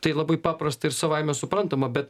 tai labai paprasta ir savaime suprantama bet